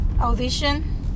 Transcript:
audition